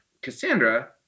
Cassandra